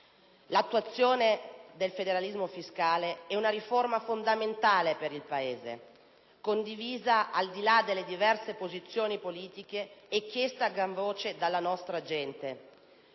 L'attuazione del federalismo fiscale è una riforma fondamentale per il Paese, condivisa al di là delle diverse posizioni politiche e chiesta a gran voce dalla nostra gente.